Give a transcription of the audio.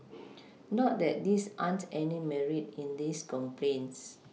not that there aren't any Merit in these complaints